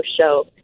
show